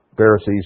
Pharisees